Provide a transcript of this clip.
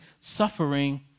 suffering